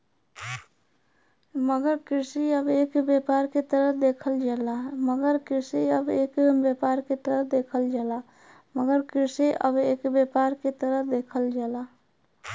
मगर कृषि अब एक व्यापार के तरह देखल जाला